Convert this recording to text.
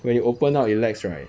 when you open up it lags right